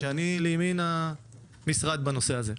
שאני לימין המשרד בנושא הזה.